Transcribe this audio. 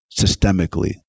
systemically